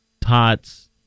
tots